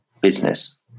business